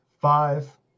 five